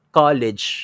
college